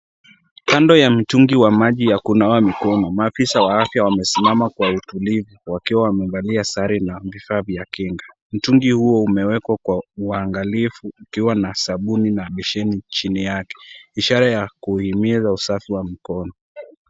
Kando ya mtungi wa maji ya kunawa mkono maafisa wa afya wamesimama kwa utulivu wakiwa wamevalia sare na vifaa vya kinga, mtungi huo umewekwa kwa uangalifu ukiwa na sabuni na besheni chini yake ishara ya kuhimiza usafi wa mkono.